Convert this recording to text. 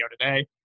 today